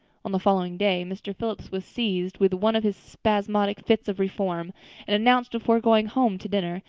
on the following day mr. phillips was seized with one of his spasmodic fits of reform and announced before going home to dinner,